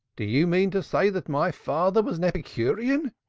do you mean to say that my father was an epicurean?